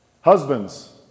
Husbands